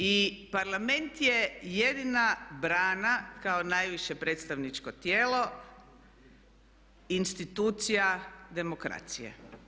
I Parlament je jedina brana kao najviše predstavničko tijelo institucija demokracije.